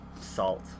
salt